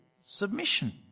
submission